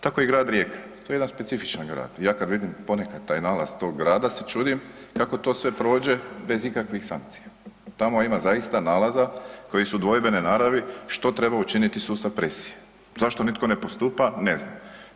Tako i grad Rijeka, to je jedan specifičan grad, ja kad vidim ponekad taj nalaz tog grada se čudim kako to sve prođe bez ikakvih sankcija, tamo ima zaista nalaza koji su dvojbene naravi, što treba učiniti sustav presije, zašto nitko ne postupa, ne znam.